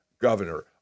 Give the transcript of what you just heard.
governor